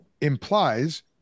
implies